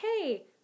hey